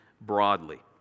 broadly